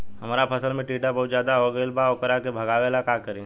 हमरा फसल में टिड्डा बहुत ज्यादा हो गइल बा वोकरा के भागावेला का करी?